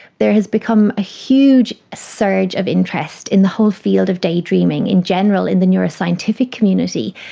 there has become a huge surge of interest in the whole field of daydreaming in general in the neuroscientific community,